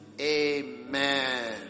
Amen